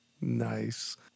Nice